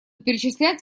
перечислять